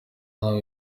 hano